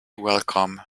welcome